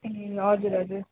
ए हजुर हजुर